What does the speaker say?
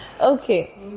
Okay